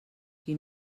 qui